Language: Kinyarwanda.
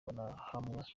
barahabwa